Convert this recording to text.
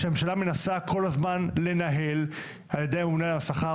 שהממשלה כל הזמן מנסה לנהל על ידי הממונה על השכר,